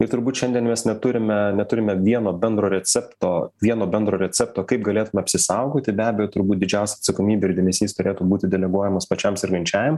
ir turbūt šiandien mes neturime neturime vieno bendro recepto vieno bendro recepto kaip galėtume apsisaugoti be abejo turbūt didžiausia atsakomybė ir dėmesys turėtų būti deleguojamos pačiam sergančiajam